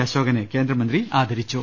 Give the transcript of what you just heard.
അശോകനെ കേന്ദ്ര മന്ത്രി ആദരിച്ചു